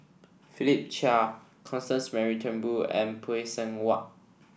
Philip Chia Constance Mary Turnbull and Phay Seng Whatt